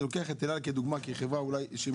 אני לוקח את אל על כדוגמה כי היא חברה אולי שמובילה,